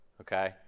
Okay